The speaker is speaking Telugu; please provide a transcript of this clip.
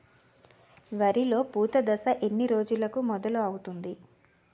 వరిలో పూత దశ ఎన్ని రోజులకు మొదలవుతుంది?